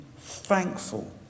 thankful